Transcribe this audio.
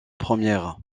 première